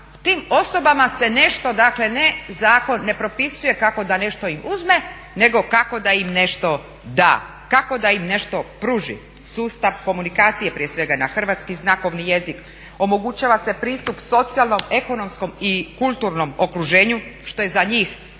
tim osobama se nešto, dakle ne zakon, ne propisuje kako da nešto im uzme, nego kako da im nešto da, kako da im nešto pruži. Sustav komunikacije prije svega na Hrvatski znakovni jezik, omogućava se pristup socijalnom, ekonomskom i kulturnom okruženju što je za njih